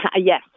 yes